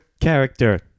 character